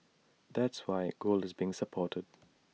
that's why gold is being supported